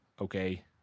okay